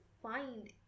Find